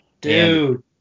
dude